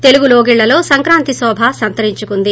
తెలుగు లోగిళ్సలో సంక్రాంతి శోభ సంతరించుకుంది